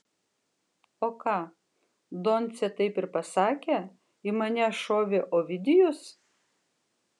o ką doncė taip ir pasakė į mane šovė ovidijus